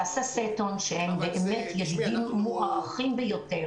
סאסא סטון שהם באמת מוערכים ביותר